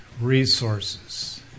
resources